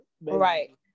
right